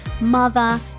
mother